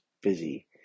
busy